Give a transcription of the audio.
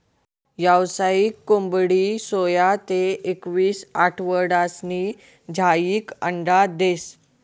यावसायिक कोंबडी सोया ते एकवीस आठवडासनी झायीकी अंडा देस